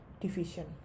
division